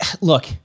look